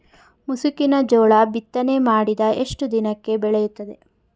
ಮುಸುಕಿನ ಜೋಳ ಬಿತ್ತನೆ ಮಾಡಿದ ಎಷ್ಟು ದಿನಕ್ಕೆ ಬೆಳೆಯುತ್ತದೆ?